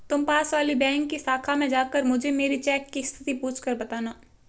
तुम पास वाली बैंक की शाखा में जाकर मुझे मेरी चेक की स्थिति पूछकर बताना